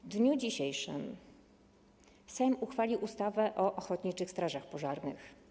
W dniu dzisiejszym Sejm uchwalił ustawę o ochotniczych strażach pożarnych.